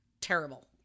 terrible